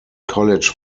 college